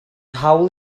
hawl